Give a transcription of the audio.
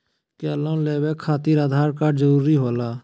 क्या लोन लेवे खातिर आधार कार्ड जरूरी होला?